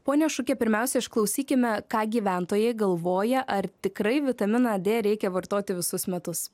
ponia šuke pirmiausia išklausykime ką gyventojai galvoja ar tikrai vitaminą d reikia vartoti visus metus